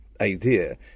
idea